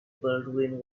baldwin